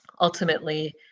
ultimately